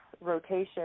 rotation